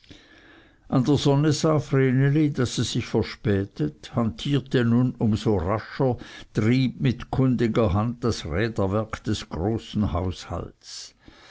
an der sonne sah vreneli daß es sich verspätet hantierte nun um so rascher trieb mit kundiger hand das räderwerk des großen